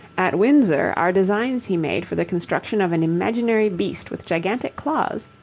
at windsor are designs he made for the construction of an imaginary beast with gigantic claws.